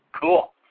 Cool